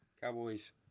Cowboys